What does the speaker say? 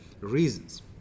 reasons